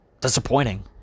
disappointing